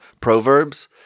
Proverbs